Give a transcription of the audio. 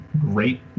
great